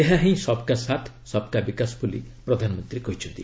ଏହାହିଁ ସବ୍କାକ ସାଥ୍ ସବ୍କା ବିକାଶ ବୋଲି ପ୍ରଧାନମନ୍ତ୍ରୀ କହିଛନ୍ତି